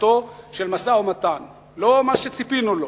בפתיחתו של משא-ומתן, לא מה שציפינו לו,